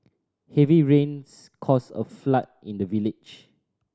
heavy rains caused a flood in the village